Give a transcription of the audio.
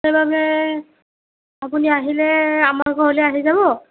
সেইবাবে আপুনি আহিলে আমাৰ ঘৰলৈ আহি যাব